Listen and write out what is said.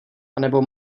anebo